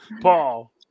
Paul